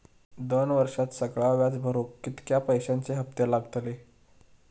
दोन वर्षात सगळा व्याज भरुक कितक्या पैश्यांचे हप्ते लागतले?